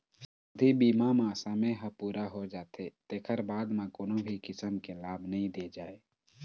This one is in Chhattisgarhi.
सावधि बीमा म समे ह पूरा हो जाथे तेखर बाद म कोनो भी किसम के लाभ नइ दे जाए